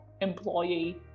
employee